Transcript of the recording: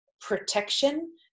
protection